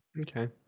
okay